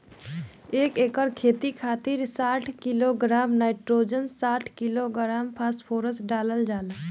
एक एकड़ खेत खातिर साठ किलोग्राम नाइट्रोजन साठ किलोग्राम फास्फोरस डालल जाला?